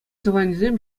тӑванӗсем